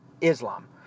Islam